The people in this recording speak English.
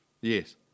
Yes